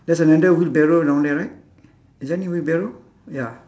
there's another wheelbarrow down there right is there any wheelbarrow ya